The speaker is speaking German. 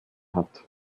hat